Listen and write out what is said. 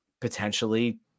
potentially